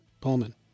Pullman